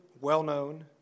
well-known